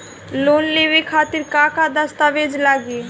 Loan लेवे खातिर का का दस्तावेज लागी?